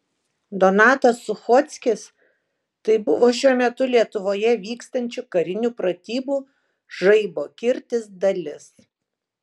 donatas suchockis tai buvo šiuo metu lietuvoje vykstančių karinių pratybų žaibo kirtis dalis